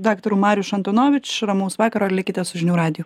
daktaru mariuš antonovič ramaus vakaro ir likite su žinių radiju